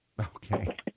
okay